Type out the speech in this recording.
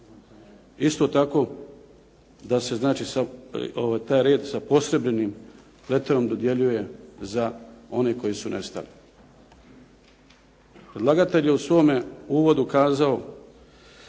Isto tako, da se znači taj red sa posebnim pleterom dodjeljuje za one koji su nestali. Predlagatelj je u svome uvodu kazao